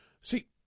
see